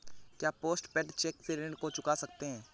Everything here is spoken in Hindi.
क्या पोस्ट पेड चेक से ऋण को चुका सकते हैं?